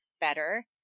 better